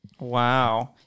Wow